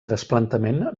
trasplantament